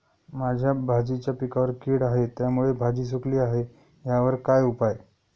माझ्या भाजीच्या पिकावर कीड आहे त्यामुळे भाजी सुकली आहे यावर काय उपाय?